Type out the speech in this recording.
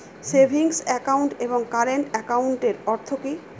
Savings account এবং current একাউন্টের অর্থ কি?